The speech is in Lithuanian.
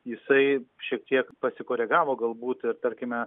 jisai šiek tiek pasikoregavo galbūt ir tarkime